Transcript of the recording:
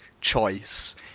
choice